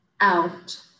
Out